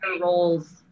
roles